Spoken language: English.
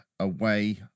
away